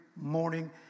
morning